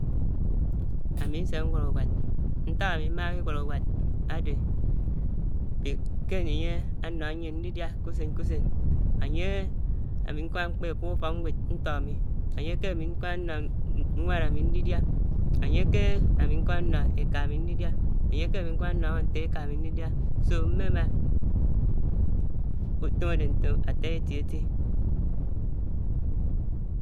Ámi nsè wád uwád nták ámi máhá iwád uwád ádè ké ányè ánnò mién ndidiá k'usè k'usèn ányè ámj nkámá mkpè ákuk ufòk nwèd ntò amé ányè kè ámi nkámá nnò nwán ámi ndidiá ányè kè ámi nkámá nnó ékà ámi ndidià ányè kè ámi nkámá nnòghò ntò ékà ámi ndidiá so mmè má utòm ádè ntòm átá èti-èti.